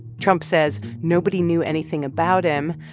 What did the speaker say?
trump says nobody knew anything about him.